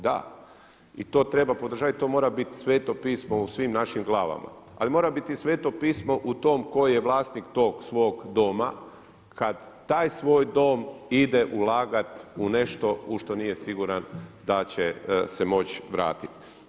Da, i to treba podržavati i to mora biti sveto pismo u svim našim glavama ali mora biti i sveto pismo u tom tko je vlasnik tog svog doma kada taj svoj dom ide ulagati u nešto u što nije siguran da će se moći vratiti.